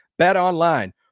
BetOnline